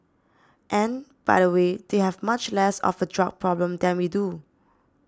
and by the way they have much less of a drug problem than we do